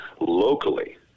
locally